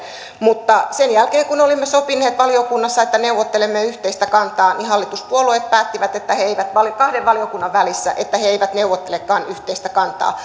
mutta sen jälkeen kun olimme sopineet valiokunnassa että neuvottelemme yhteistä kantaa hallituspuolueet päättivät kahden valiokunnan välissä että he eivät neuvottelekaan yhteistä kantaa